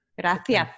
Gracias